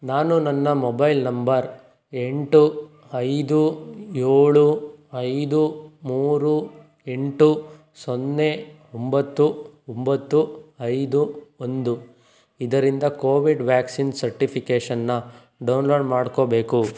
ನಾನು ನನ್ನ mobile number ಎಂಟು ಐದು ಏಳು ಐದು ಮೂರು ಎಂಟು ಸೊನ್ನೆ ಒಂಬತ್ತು ಒಂಬತ್ತು ಐದು ಒಂದು ಇದರಿಂದ ಕೋವಿಡ್ ವ್ಯಾಕ್ಸಿನ್ ಸರ್ಟಿಫಿಕೇಷನ್ನ್ನ ಡೌನ್ಲೋಡ್ ಮಾಡ್ಕೋಬೇಕು